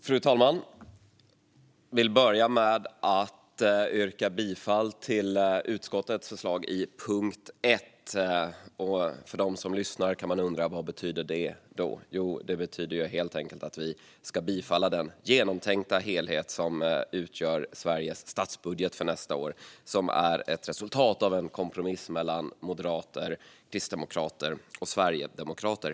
Fru talman! Jag vill börja med att yrka bifall till utskottets förslag under punkt 1. De som lyssnar kanske undrar vad detta betyder. Det betyder helt enkelt att vi ska bifalla den genomtänkta helhet som utgör Sveriges statsbudget för nästa år och som är ett resultat av en kompromiss mellan moderater, kristdemokrater och sverigedemokrater.